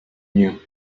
knew